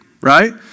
right